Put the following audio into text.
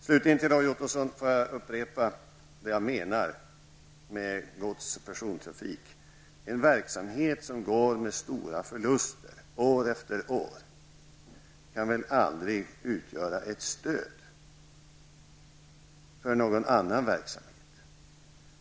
Slutligen vänder jag mig till Roy Ottosson och upprepar vad jag menar när jag talar om gods och persontrafik. En verksamhet som går med stora förluster år efter år kan väl aldrig utgöra något stöd för någon annan verksamhet?